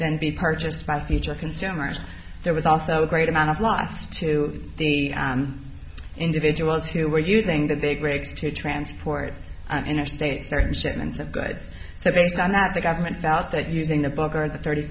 then be purchased by theatre consumers there was also a great amount of loss to the individuals who were using the big rigs to transport interstate certain shipments of goods so based on that the government felt that using a book or the thirty